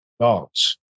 dogs